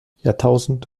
jahrtausend